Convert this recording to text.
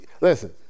listen